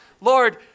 Lord